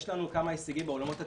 יש לנו כמה הישגים בעולמות התכנון.